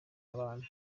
abantu